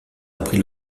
appris